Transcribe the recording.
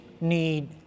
need